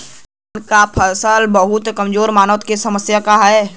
हमरे धान क फसल बहुत कमजोर मनावत ह समस्या का ह?